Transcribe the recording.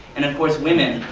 and of course women,